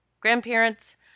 grandparents